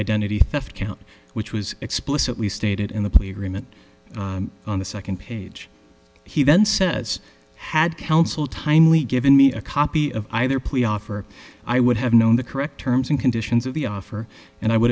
identity theft count which was explicitly stated in the playroom on the second page he then says had counsel timely given me a copy of either plea offer i would have known the correct terms and conditions of the offer and i would